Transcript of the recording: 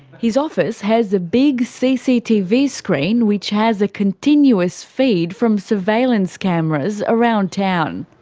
his office has a big cctv screen which has a continuous feed from surveillance cameras around town.